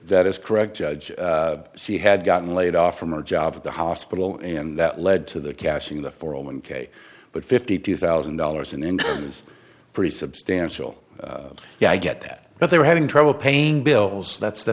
that is correct judge she had gotten laid off from her job at the hospital and that led to the cashing the four a one k but fifty two thousand dollars and then is pretty substantial yeah i get that but they're having trouble paying bills that's the